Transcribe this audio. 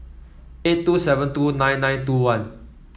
eight two seven two nine nine two one